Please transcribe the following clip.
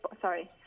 sorry